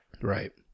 Right